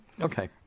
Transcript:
Okay